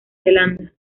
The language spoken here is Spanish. zelanda